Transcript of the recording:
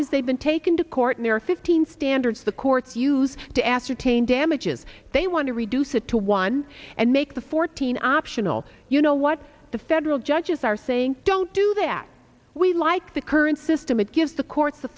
is they've been taken to court and there are fifteen standards the courts use to ascertain damages they want to reduce it to one and make the fourteen optional you know what the federal judges are saying don't do that we like the current system it gives the courts the